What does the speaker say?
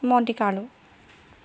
Monte Carlo